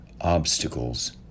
obstacles